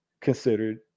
considered